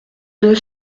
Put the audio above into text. deux